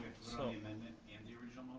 so amendment and the original